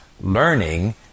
learning